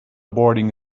boarding